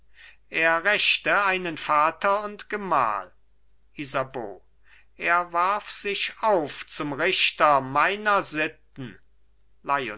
er rächte einen vater und gemahl isabeau er warf sich auf zum richter meiner sitten